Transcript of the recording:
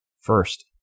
First